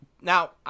Now